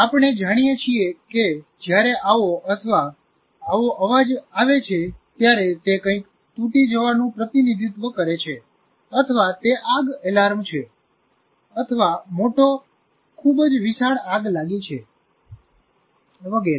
આપણે જાણીએ છીએ કે જ્યારે આવો અથવા આવો અવાજ આવે છે ત્યારે તે કંઇક તૂટી જવાનું પ્રતિનિધિત્વ કરે છે અથવા તે આગ એલાર્મ છે અથવા મોટો ખુબ જ વિશાળ આગ લાગી છે વગેરે